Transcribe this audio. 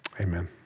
Amen